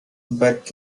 but